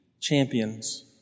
champions